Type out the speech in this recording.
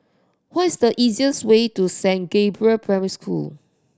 what is the easiest way to Saint Gabriel Primary School